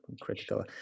critical